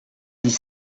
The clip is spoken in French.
dix